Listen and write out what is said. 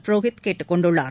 புரோகித் கேட்டுக்கொண்டுள்ளார்